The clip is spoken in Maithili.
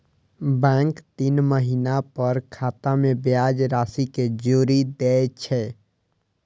बैंक तीन महीना पर खाता मे ब्याज राशि कें जोड़ि दै छै